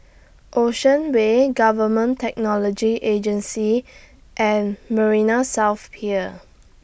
Ocean Way Government Technology Agency and Marina South Pier